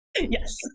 yes